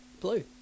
Blue